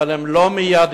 אבל הן לא מיידיות.